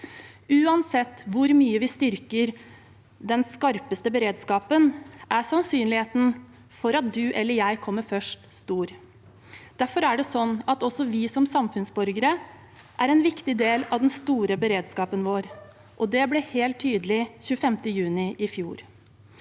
Uansett hvor mye vi styrker den skarpeste beredskapen, er sannsynligheten for at du eller jeg kommer først, stor. Derfor er det sånn at også vi som samfunnsborgere er en viktig del av den store beredskapen vår, og det ble helt tydelig 25. juni i fjor.